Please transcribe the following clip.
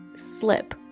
slip